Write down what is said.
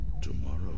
Tomorrow